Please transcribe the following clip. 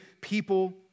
people